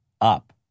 up